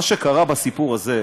מה שקרה בסיפור הזה,